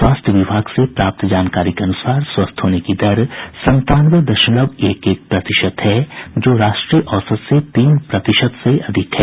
स्वास्थ्य विभाग से प्राप्त जानकारी के अनुसार स्वस्थ होने की दर संतानवे दशमलव एक एक प्रतिशत है जो राष्ट्रीय औसत से तीन प्रतिशत से अधिक है